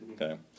okay